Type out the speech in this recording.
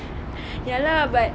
ya lah but